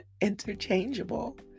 interchangeable